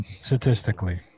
statistically